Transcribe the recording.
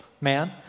Man